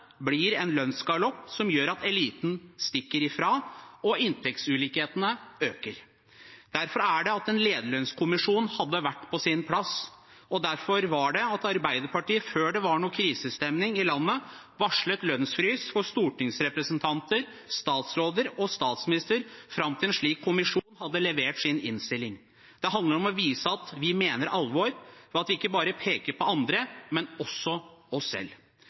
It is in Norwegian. blir en lønnsgalopp som gjør at eliten stikker ifra, og inntektsulikhetene øker. Derfor er det en lederlønnskommisjon hadde vært på sin plass, og derfor var det at Arbeiderpartiet, før det var noen krisestemning i landet, varslet lønnsfrys for stortingsrepresentanter, statsråder og statsminister fram til en slik kommisjon hadde levert sin innstilling. Det handler om å vise at vi mener alvor, ved at vi ikke bare peker på andre, men også oss selv.